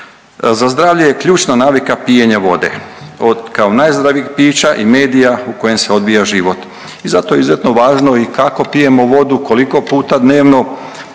za zdravlje je ključna navika pijenja voda kao od najzdravijih pića i medija u kojem se odvija život i zato je izuzetno važno i kako pijemo vodu, koliko puta dnevno.